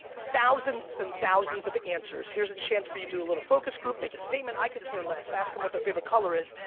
thousands and thousands of answers. here's the chance for you to do a little focus group, make a statement, i could care less, ask them what their favorite color is.